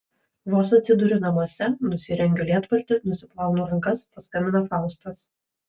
vos atsiduriu namuose nusirengiu lietpaltį nusiplaunu rankas paskambina faustas